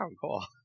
Cool